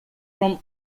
from